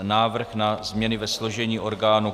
Návrh na změny ve složení orgánů